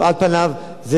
דיברו אתי פה על זה במסדרונות.